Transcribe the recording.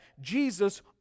Jesus